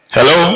Hello